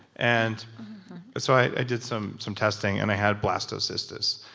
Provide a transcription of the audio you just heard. and so i i did some some testing, and i had blastocystis,